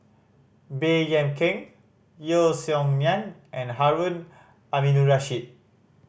Baey Yam Keng Yeo Song Nian and Harun Aminurrashid